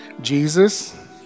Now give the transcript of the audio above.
Jesus